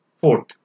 Fourth